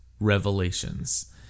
Revelations